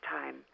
time